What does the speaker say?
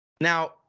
Now